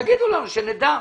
תגידו לנו כדי שנדע.